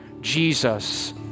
Jesus